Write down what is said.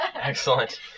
Excellent